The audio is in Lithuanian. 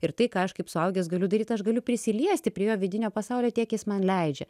ir tai ką aš kaip suaugęs galiu daryt aš galiu prisiliesti prie jo vidinio pasaulio tiek jis man leidžia